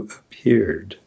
appeared